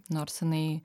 nors jinai